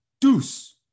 Deuce